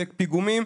בפיגומים,